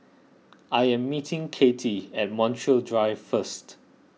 I am meeting Kati at Montreal Drive first